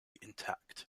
intact